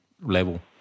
level